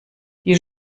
die